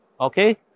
Okay